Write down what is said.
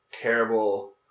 terrible